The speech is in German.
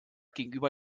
gegenüber